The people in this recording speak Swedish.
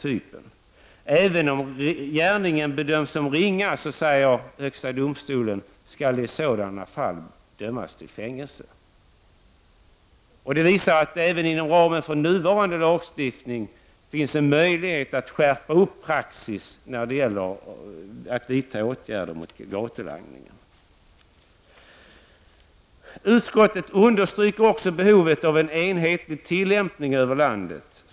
Även om gärningen bedöms som ringa, säger HD, skall i sådana fall dömas till fängelse. Det visar att det även inom ramen för nuvarande lagstiftning finns möjlighet att skärpa praxis i fråga om de åtgärder som vidtas mot gatulangningen. Utskottet understryker också behovet av en enhetlig tillämpning i landet.